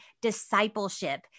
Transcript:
discipleship